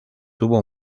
tuvo